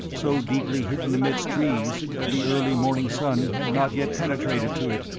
so deeply hidden amidst trees that the early morning sun had not yet penetrated to it,